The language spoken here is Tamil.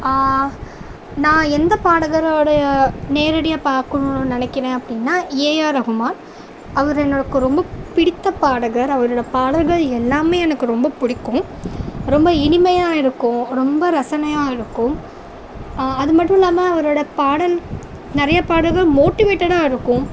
நான் எந்த பாடகரோடய நேரடியாக பார்க்கணுன்னு நினக்கிறேன் அப்படினா ஏ ஆர் ரஹுமான் அவர் எனக்கு ரொம்ப பிடித்த பாடகர் அவரோடய பாடல்கள் எல்லாமே எனக்கு ரொம்ப பிடிக்கும் ரொம்ப இனிமையாக இருக்கும் ரொம்ப ரசனையாக இருக்கும் அது மட்டும் இல்லாமல் அவரோடய பாடல் நிறைய பாடல்கள் மோட்டிவேட்டடாக இருக்கும்